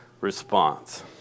response